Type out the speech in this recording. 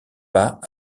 pas